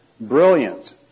brilliant